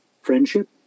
friendship